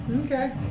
Okay